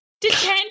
Detention